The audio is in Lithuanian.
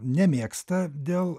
nemėgsta dėl